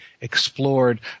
explored